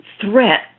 threat